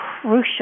crucial